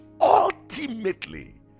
ultimately